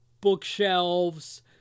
bookshelves